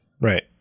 Right